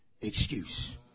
excuse